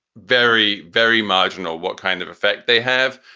very, very marginal, what kind of effect they have.